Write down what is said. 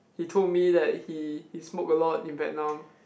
he told me that he he smoke a lot in Vietnam